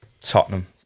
Tottenham